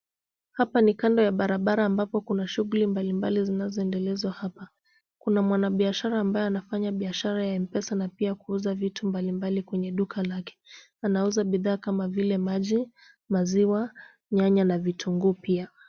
Hapa ni kando ya barabara ambapo kuna shughuli mbalimbali zinazoendelezwa hapa, kuna mwanabiashara ambaye anafanya biashara ya Mpesa na pia kuuza vitu mbalimbali kwenye duka lake, anauza bidhaa kama vile maji, maziwa, nyanya na vitunguu pia.